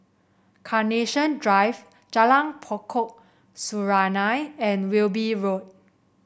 Carnation Drive Jalan Pokok Serunai and Wilby Road